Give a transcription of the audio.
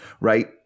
right